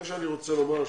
מה שאני רוצה לומר,